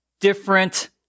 different